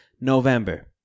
November